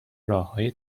راههای